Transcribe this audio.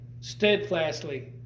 steadfastly